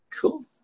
Cool